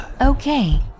Okay